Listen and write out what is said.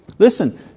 Listen